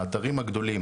האתרים הגדולים,